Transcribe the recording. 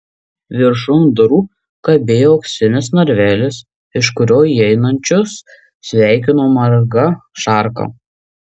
viršum durų kabėjo auksinis narvelis iš kurio įeinančius sveikino marga šarka